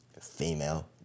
female